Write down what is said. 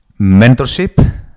mentorship